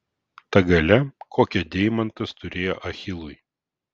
ta galia kokią deimantas turėjo achilui